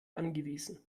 angewiesen